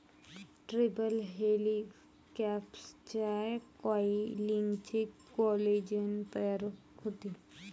triple हेलिक्सच्या कॉइलिंगने collagen तयार होते